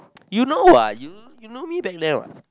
you know what you you know me back then what